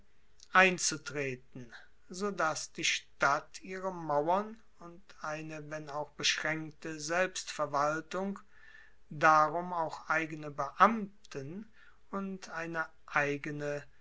einzutreten so dass die stadt ihre mauern und eine wenn auch beschraenkte selbstverwaltung darum auch eigene beamten und eine eigene